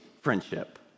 friendship